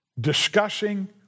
discussing